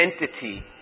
entity